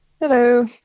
Hello